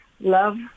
Love